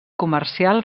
comercial